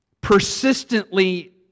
persistently